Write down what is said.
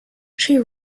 she